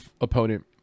opponent